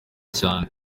cyane